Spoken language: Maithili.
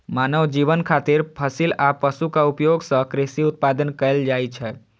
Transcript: मानव जीवन खातिर फसिल आ पशुक उपयोग सं कृषि उत्पादन कैल जाइ छै